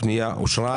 הפניות אושרו.